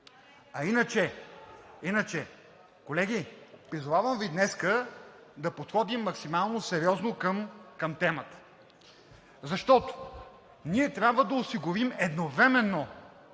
А иначе, колеги, призовавам Ви днес да подходим максимално сериозно към темата, защото ние трябва да осигурим едновременно